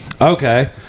Okay